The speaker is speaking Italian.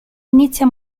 inizia